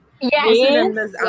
Yes